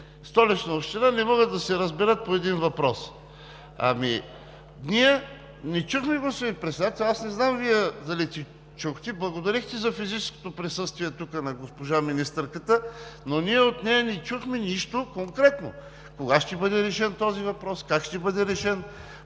Столична община не могат да се разберат по един въпрос. Ние не чухме, господин Председател, аз не знам Вие дали чухте, благодарихте за физическото присъствие тук на госпожа министърката, но ние от нея не чухме нищо конкретно. Кога ще бъде решен този въпрос, как ще бъде решен,